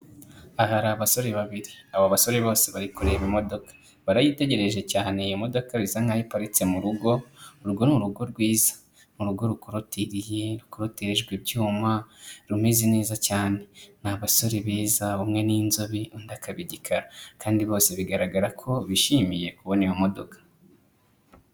Aha hari abasore babiri. Aba basore bose bari kureba imodoka. Barayitegereje cyane iyo modoka bisa nkaho iparitse mu rugo, urwo ni urugo rwiza, ni urugo rukorotiriye, rukorotirijwe ibyuma rumeze neza cyane. Ni abasore beza bamwe n'inzobe undi akaba igikara. Kandi bose bigaragara ko bishimiye kubona iyo modoka.